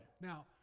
Now